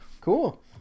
Cool